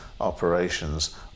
operations